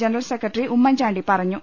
general secretary Oommen Chandy പറഞ്ഞു